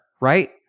right